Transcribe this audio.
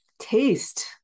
Taste